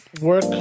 work